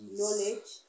knowledge